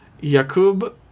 Yakub